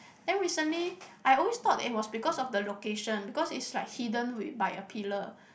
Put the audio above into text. then recently I always thought it was because of the location because is like hidden wi~ by a pillar